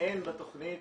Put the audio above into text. אין בתכנית